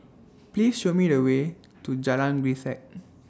Please Show Me The Way to Jalan Grisek